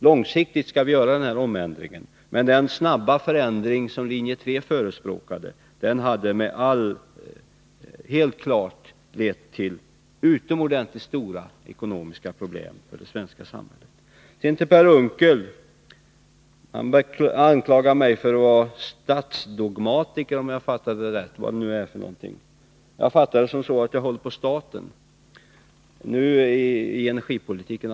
Långsiktigt skall vi göra denna omändring, men den snabba avveckling som linje 3 förespråkade hade helt klart lett till utomordentligt stora ekonomiska problem för det svenska samhället. Sedan till Per Unckel! Han anklagar mig för att vara statsdogmatiker — vad det nu är för någonting. Jag fattar det så, att jag skulle hålla på staten i energipolitiken.